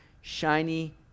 shiny